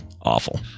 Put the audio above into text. Awful